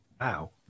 Wow